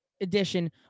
edition